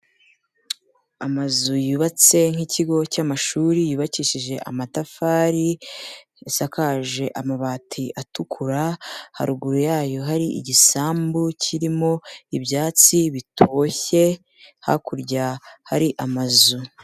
Amazu yubatse nk'ikigo cy'amashuri yubakishije amatafari, asakaje amabati atukura, haruguru yayo hari igisambu kirimo ibyatsi bitoshye hakurya hari amazu.